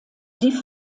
die